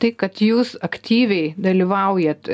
tai kad jūs aktyviai dalyvaujat